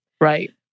Right